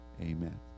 amen